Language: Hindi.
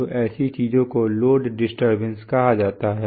तो ऐसी चीजों को लोड डिस्टर्बेंस कहा जाता है